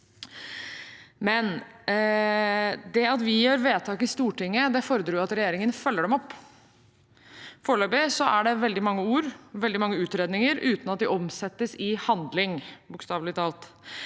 Men det at vi fatter vedtak i Stortinget, fordrer jo at regjeringen følger dem opp. Foreløpig er det veldig mange ord, veldig mange utredninger, uten at de omsettes i handling, bokstavelig talt.